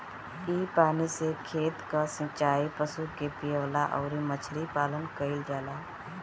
इ पानी से खेत कअ सिचाई, पशु के पियवला अउरी मछरी पालन कईल जाला